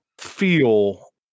feel